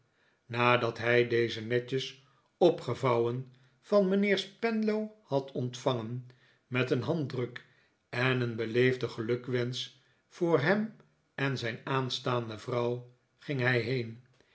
nadat hij deze netjes opgevouwen van mijnheer spenlow had ontvangen met een handdruk en efen beleefden gelukwensch voor hem en zijn aanstaande vrouw ging hij heen